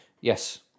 yes